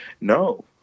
No